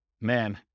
man